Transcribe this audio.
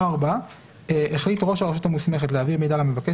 העברת מידע מהרשות